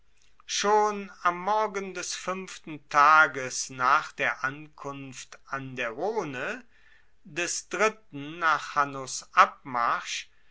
schon am morgen des fuenften tages nach der ankunft an der rhone des dritten nach hannos abmarsch